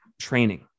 training